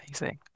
Amazing